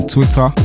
Twitter